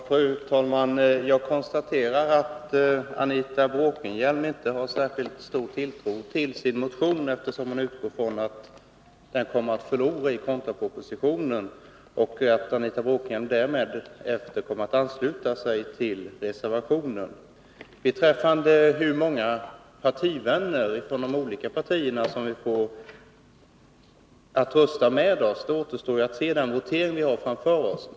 Fru talman! Jag konstaterar att Anita Bråkenhielm inte har särskilt stor tilltro till sin motion, eftersom hon utgår från att den kommer att förlora i kontrapropositionsvoteringen och att hon därmed kommer att ansluta sig till reservationen. Beträffande hur många ledamöter från olika partier som vi får att rösta med oss, återstår att se i den votering som vi har framför oss.